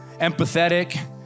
empathetic